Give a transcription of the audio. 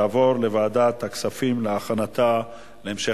התשע"א 2011, לוועדת הכספים נתקבלה.